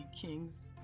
king's